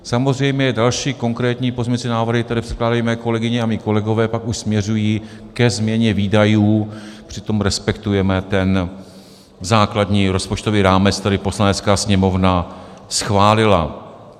Samozřejmě další konkrétní pozměňovacími návrhy, které předkládají mé kolegyně a mí kolegové, pak už směřují ke změně výdajů, přitom respektujeme ten základní rozpočtový rámec, který Poslanecká sněmovna schválila.